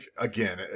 again